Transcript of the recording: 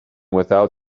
without